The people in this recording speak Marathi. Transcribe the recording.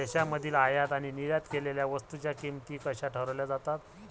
देशांमधील आयात आणि निर्यात केलेल्या वस्तूंच्या किमती कशा ठरवल्या जातात?